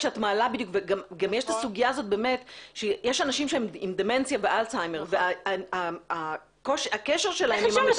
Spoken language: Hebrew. יש אנשים שהם עם דמנציה ואלצהיימר והקשר שלהם עם המטפל הוא גדול.